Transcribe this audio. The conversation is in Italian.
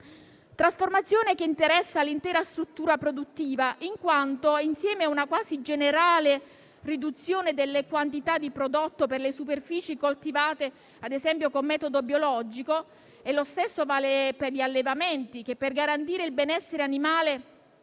trasformazione che interessa l'intera struttura produttiva in quanto si accompagna ad una quasi generale riduzione delle quantità di prodotto per le superfici coltivate, ad esempio, con metodo biologico, e lo stesso vale per gli allevamenti che, per garantire il benessere animale,